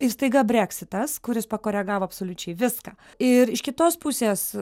ir staiga breksitas kuris pakoregavo absoliučiai viską ir iš kitos pusės